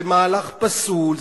זה מהלך פסול,